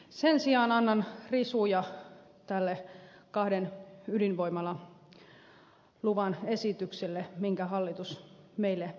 sen sijaan annan risuja tälle kahden ydinvoimalaluvan esitykselle minkä hallitus meille tuo